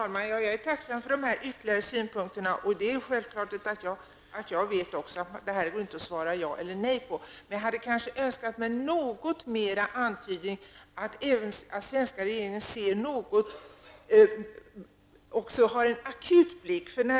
Herr talman! Jag är tacksam för dessa ytterligare synpunkter. Självfallet vet också jag att det inte går att svara ja eller nej. Men jag hade önskat något mera av antydan om att den svenska regeringen också har en ''akut'' blick på saken.